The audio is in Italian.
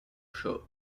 show